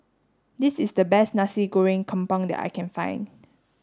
this is the best Nasi Goreng Kampung that I can find